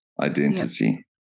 identity